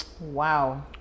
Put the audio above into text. wow